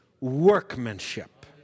workmanship